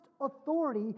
authority